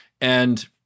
And-